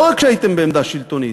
לא רק כשהייתם בעמדה שלטונית.